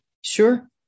Sure